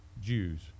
Jews